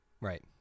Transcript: Right